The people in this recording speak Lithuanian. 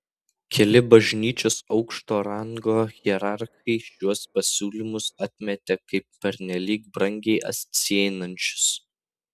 keli bažnyčios aukšto rango hierarchai šiuos pasiūlymus atmetė kaip pernelyg brangiai atsieinančius